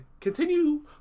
continue